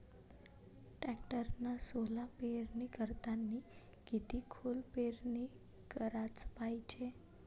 टॅक्टरनं सोला पेरनी करतांनी किती खोल पेरनी कराच पायजे?